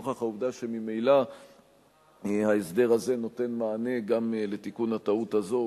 נוכח העובדה שממילא ההסדר הזה נותן מענה גם לתיקון הטעות הזאת,